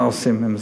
מה עושים עם זה.